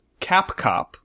CapCop